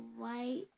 white